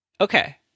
Okay